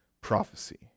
prophecy